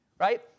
right